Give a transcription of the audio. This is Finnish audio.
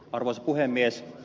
arvoisa puhemies